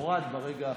הורד ברגע האחרון.